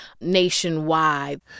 nationwide